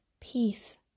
peace